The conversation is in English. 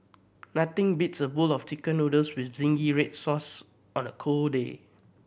nothing beats a bowl of Chicken Noodles with zingy red sauce on a cold day